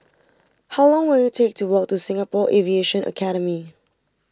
how long will it take to walk to Singapore Aviation Academy